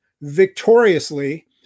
victoriously